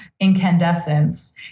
incandescence